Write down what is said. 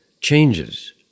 Changes